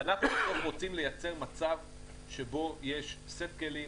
אנחנו רוצים לייצר מצב שבו יש סט כלים